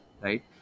right